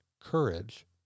courage